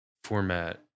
format